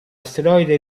asteroide